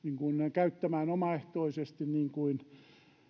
käyttämään omaehtoisesti niin kuin